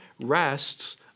rests